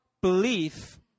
belief